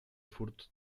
furt